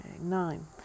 nine